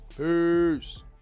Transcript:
Peace